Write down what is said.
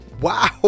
Wow